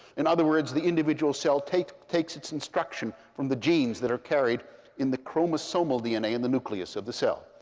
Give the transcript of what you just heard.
in other words, the individual cell takes takes its instruction from the genes that are carried in the chromosomal dna in the nucleus of the cell.